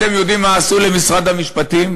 אתם יודעים מה עשו למשרד המשפטים,